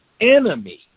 enemy